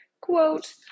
Quote